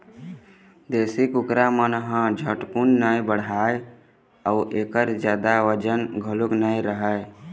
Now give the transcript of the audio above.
देशी कुकरा मन ह झटकुन नइ बाढ़य अउ एखर जादा बजन घलोक नइ रहय